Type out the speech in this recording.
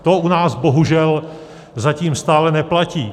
To u nás bohužel zatím stále neplatí.